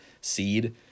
seed